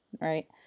right